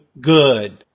good